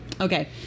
Okay